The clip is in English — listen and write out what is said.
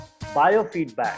biofeedback